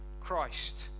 Christ